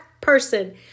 person